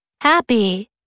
Happy